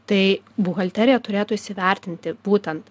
tai buhalterija turėtų įsivertinti būtent